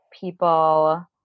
people